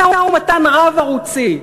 משא-ומתן רב-ערוצי,